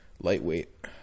lightweight